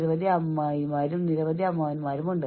എന്റെ ഫലങ്ങളെക്കുറിച്ച് ഞാൻ സമ്മർദ്ദത്തിലാണ്